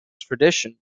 tradition